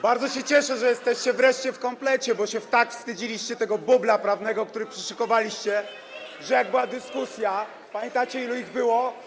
Bardzo się cieszę, że jesteście wreszcie w komplecie, bo tak się wstydziliście tego bubla prawnego, który przyszykowaliście, [[Poruszenie na sali]] że jak była dyskusja, pamiętacie, ilu ich było?